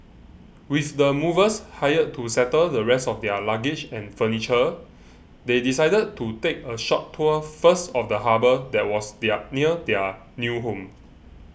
with the movers hired to settle the rest of their luggage and furniture they decided to take a short tour first of the harbour that was their near their new home